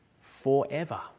forever